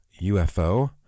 UFO